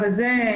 הזה.